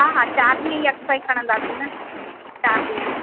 हा हा चारि ॾींहं यका ई खणंदासि न चारि ॾींहं